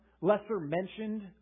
lesser-mentioned